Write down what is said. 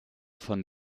von